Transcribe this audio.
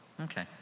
Okay